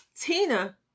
Tina